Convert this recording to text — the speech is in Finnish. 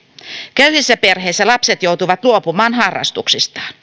köyhissä perheissä lapset joutuvat luopumaan harrastuksistaan